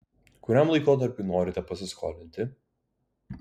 kuriam laikotarpiui norite pasiskolinti